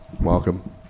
Welcome